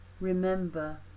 Remember